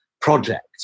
project